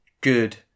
good